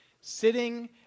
Sitting